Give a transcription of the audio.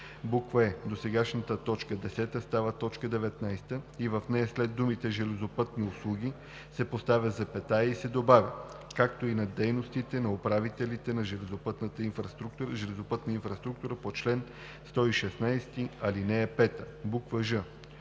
– 18; е) досегашната т. 10 става т. 19 и в нея след думите „железопътни услуги“ се поставя запетая и се добавя „както и на дейностите на управителите на железопътна инфраструктура по чл. 116, ал. 5“; ж)